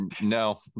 no